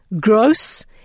gross